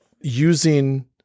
using